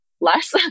less